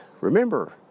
remember